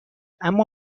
اما